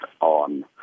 on